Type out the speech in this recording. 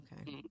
Okay